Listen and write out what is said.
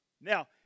Now